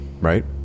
Right